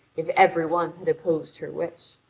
if every one had opposed her wish